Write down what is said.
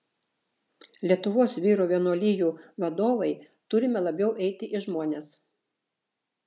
lietuvos vyrų vienuolijų vadovai turime labiau eiti į žmones